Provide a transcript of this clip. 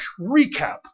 recap